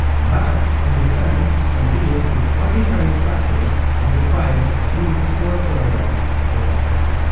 but, in return, can deal with arbitrary structures, and requires at least four photographs at all times.